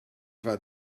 had